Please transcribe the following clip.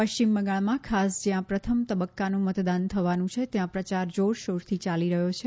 પશ્ચિમ બંગાળમાં ખાસ જ્યાં પ્રથમ તબક્કાનું મતદાન થવાનું છે ત્યાં પ્રયાર જોરશોરથી યાલી રહ્યો છે